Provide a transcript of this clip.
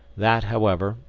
that however,